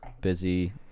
Busy